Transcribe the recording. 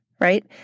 right